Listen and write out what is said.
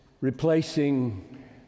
replacing